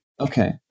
Okay